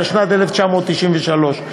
התשנ"ד 1993,